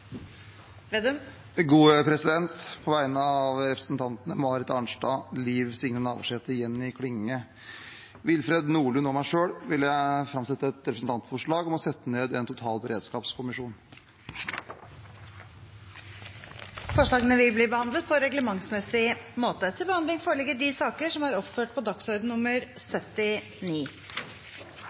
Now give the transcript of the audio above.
På vegne av representantene Marit Arnstad, Liv Signe Navarsete, Jenny Klinge, Willfred Nordlund og meg selv vil jeg framsette et representantforslag om å sette ned en totalberedskapskommisjon. Forslagene vil bli behandlet på reglementsmessig måte. Etter ønske fra komiteen vil presidenten ordne debatten slik: 5 minutter til